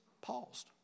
paused